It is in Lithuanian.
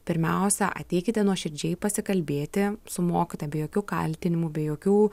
pirmiausia ateikite nuoširdžiai pasikalbėti su mokytoja be jokių kaltinimų be jokių